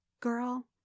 Girl